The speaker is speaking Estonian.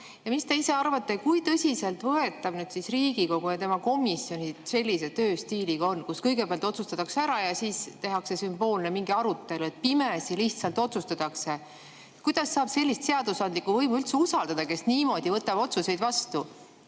Mis te ise arvate, kui tõsiselt võetav nüüd Riigikogu ja tema komisjonid sellise tööstiiliga on, kui kõigepealt otsustatakse ära ja siis tehakse mingi sümboolne arutelu? Pimesi lihtsalt otsustatakse. Kuidas saab sellist seadusandlikku võimu üldse usaldada, kes võtab niimoodi otsuseid vastu,